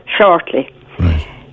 shortly